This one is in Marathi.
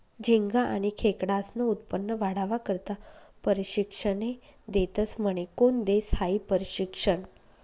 झिंगा आनी खेकडास्नं उत्पन्न वाढावा करता परशिक्षने देतस म्हने? कोन देस हायी परशिक्षन?